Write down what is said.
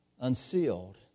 unsealed